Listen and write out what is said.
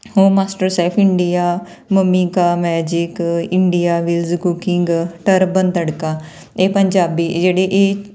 home master chef India mummy ਕਾ magic India villages cooking turban tadka ਇਹ ਪੰਜਾਬੀ ਜਿਹੜੇ ਇਹ